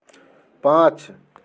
पाँच